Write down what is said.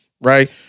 Right